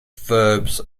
verbs